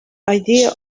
idea